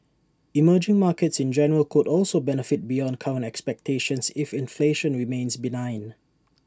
emerging markets in general could also benefit beyond current expectations if inflation remains benign